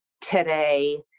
today